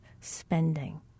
spending